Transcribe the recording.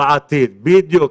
בדיוק.